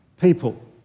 people